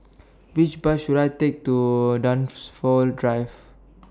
Which Bus should I Take to Dunsfold Drive